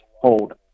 hold